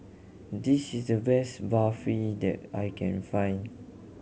this is the best Barfi that I can find